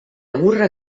burra